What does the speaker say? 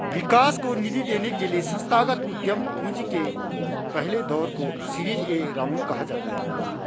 विकास को निधि देने के लिए संस्थागत उद्यम पूंजी के पहले दौर को सीरीज ए राउंड कहा जाता है